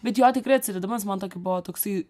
bet jo tikrai atsiradimas man toki buvo toksai